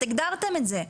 הגדרתם את זה.